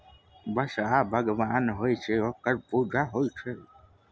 बसहा भगवान होइत अछि ओकर पूजा करी